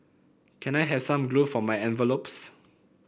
can I have some glue for my envelopes